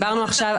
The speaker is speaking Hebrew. דיברנו עכשיו,